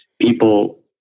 people